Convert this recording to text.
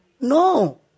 No